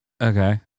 Okay